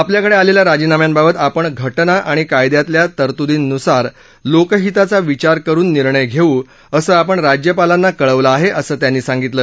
आपल्याकडे आलेल्या राजीनाम्यांबाबत आपण घटना आणि कायद्यातल्या तरतुदींनुसार लोकहिताचा विचार करुन निर्णय घेऊ असं आपण राज्यपालांना कळवलं आहे असं त्यांनी सांगितलं